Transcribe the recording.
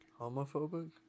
Homophobic